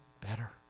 better